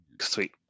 Sweet